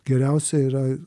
geriausia yra